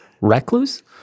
recluse